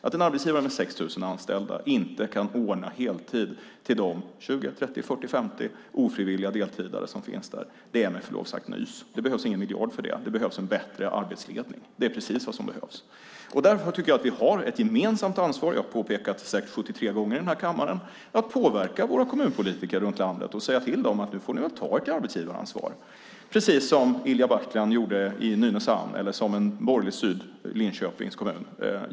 Att en arbetsgivare med 6 000 anställda inte kan ordna heltid till de 20, 30, 40, 50 ofrivilligt deltidsanställda som finns där är, med förlov sagt, nys. Det behövs ingen miljard för det. Det behövs en bättre arbetsledning, det är vad som behövs. Därför tycker jag att vi har ett gemensamt ansvar - jag har påpekat det säkert 73 gånger i denna kammare - att påverka våra kommunpolitiker runt om i landet och säga till dem att nu får de ta sitt arbetsgivaransvar, på samma sätt som Ilija Batljan gjorde i Nynäshamn eller som man gjorde i det borgerligt styrda Linköpings kommun.